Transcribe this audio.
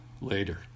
later